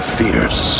fierce